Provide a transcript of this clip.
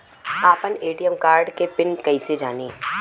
आपन ATM card के PIN कईसे जानी?